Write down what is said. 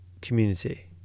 community